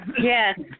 Yes